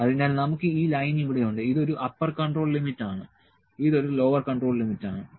അതിനാൽ നമുക്ക് ഈ ലൈൻ ഇവിടെയുണ്ട് ഇത് ഒരു അപ്പർ കൺട്രോൾ ലിമിറ്റ് ആണ് ഇത് ഒരു ലോവർ കൺട്രോൾ ലിമിറ്റ് ആണ്